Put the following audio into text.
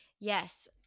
Yes